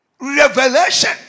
Revelation